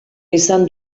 izan